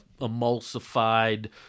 emulsified